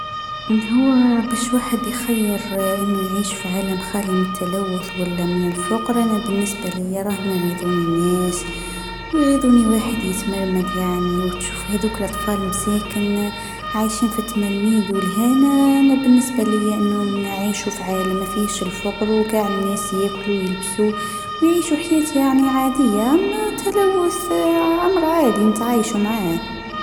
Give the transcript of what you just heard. ها هو انا لو كان خيروني بنتحكم في احلامي ولا في احلام لخرين راني نتحكم في النام تاعي اماش تاع الناس باش نفهمني فيهم انا ليه نحرمهم منهم راه كل واحد مسؤول على روحو خلي الناس يعيشو ويحلمو كي حبو وانا نتحكم فأحلامي واحد ما يدخلو فلوخر هادي هي حياتي انا